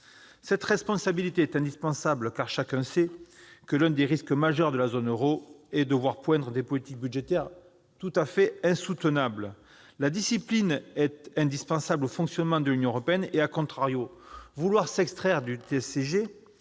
Cette responsabilité est indispensable, car chacun sait que l'un des risques majeurs de la zone euro est de voir poindre des politiques budgétaires tout à fait insoutenables. La discipline est indispensable au fonctionnement de l'Union européenne., vouloir s'extraire du TSCG,